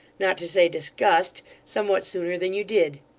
not to say disgust, somewhat sooner than you did.